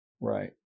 right